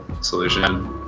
solution